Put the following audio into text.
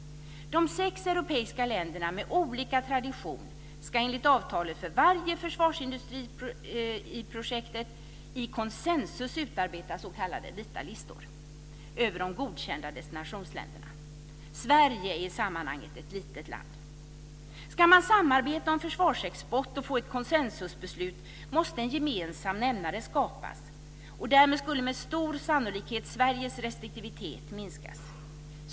Sex europeiska länder med olika tradition ska enligt avtalet för varje försvarsindustriprojekt i konsensus utarbeta s.k. vita listor över de godkända destinationsländerna. Sverige är i sammanhanget ett litet land. Ska man samarbeta om försvarsexport och få ett konsensusbeslut måste en gemensam nämnare skapas. Därmed skulle med stor sannolikhet Sveriges restriktivitet minskas.